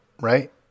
right